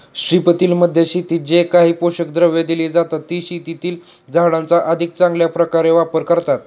स्ट्रिपटिलमध्ये शेतात जे काही पोषक द्रव्ये दिली जातात, ती शेतातील झाडांचा अधिक चांगल्या प्रकारे वापर करतात